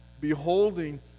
beholding